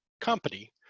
company